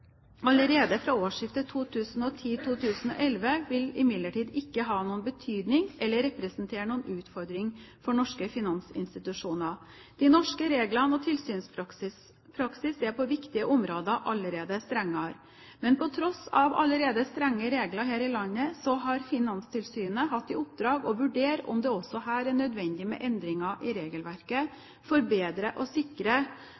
allerede fra årsskiftet 2010/2011, vil imidlertid ikke ha noen betydning eller representere noen utfordring for norske finansinstitusjoner. De norske reglene og den norske tilsynspraksis er på viktige områder allerede strengere. Men på tross av allerede strenge regler her i landet har Finanstilsynet hatt i oppdrag å vurdere om det også her er nødvendig med endringer i